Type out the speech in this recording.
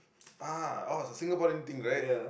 ah oh so it's a Singaporean thing right